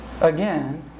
again